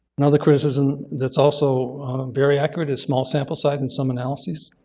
another criticism that's also very accurate is small sample size in some analyses.